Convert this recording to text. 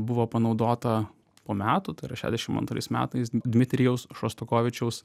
buvo panaudota po metų tai yra šedešim antrais metais dmitrijaus šostakovičiaus